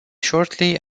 shortly